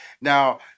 Now